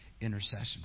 intercession